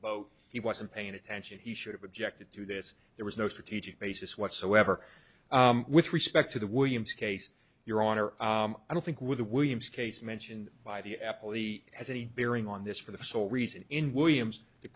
boat he wasn't paying attention he should have objected to this there was no strategic basis whatsoever with respect to the williams case your honor i don't think with the williams case mentioned by the employee has any bearing on this for the sole reason in williams the